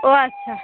ও আচ্ছা